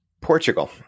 Portugal